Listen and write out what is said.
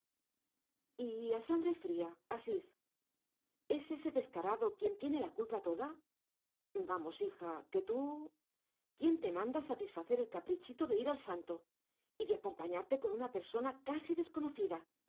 a sangre fría asís es ese descarado quien tiene la culpa toda vamos hija que tú quién te mandaba satisfacer el caprichito de ir al santo y de acompañarte con una persona casi desconocida